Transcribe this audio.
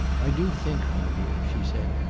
i do think, my dear, she said,